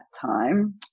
time